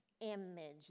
image